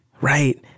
right